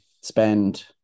spend